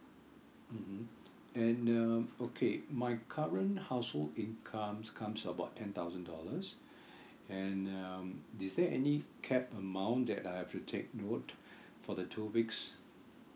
mmhmm and uh okay my current household income comes about ten thousand dollars and um is there any cap amount that I have to take note for the two weeks